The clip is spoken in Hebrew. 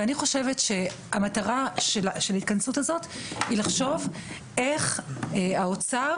המטרה של ההתכנסות הזאת היא לחשוב איך האוצר